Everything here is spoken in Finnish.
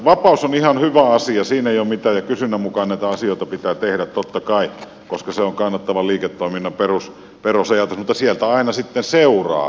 vapaus on ihan hyvä asia siinä ei ole mitään ja kysynnän mukaan näitä asioita pitää tehdä totta kai koska se on kannattavan liiketoiminnan perusajatus mutta sieltä aina sitten seuraa jotakin